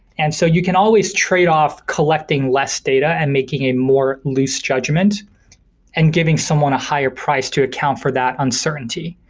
and so you can always trade off collecting less data and making a more loose judgement and giving someone a higher price to account for that uncertainty.